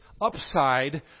upside